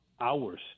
hours